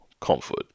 comfort